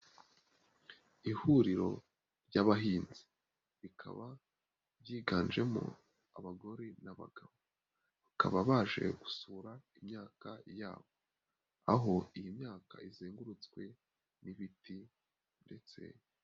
Ihuriro ry'abahinzi rikaba byiganjemo abagore n'abagabo. Bakaba baje gusura imyaka yabo. Aho iyi myaka izengurutswe n'ibiti uretse...